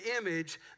image